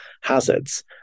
hazards